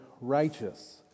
righteous